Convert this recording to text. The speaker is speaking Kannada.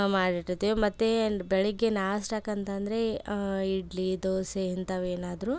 ಮಾಡಿ ಇಟ್ಟಿರ್ತೀವಿ ಮತ್ತು ಬೆಳಿಗ್ಗೆ ನಾಷ್ಟಾಕ್ಕೆ ಅಂತಂದರೆ ಇಡ್ಲಿ ದೋಸೆ ಇಂಥವು ಏನಾದರು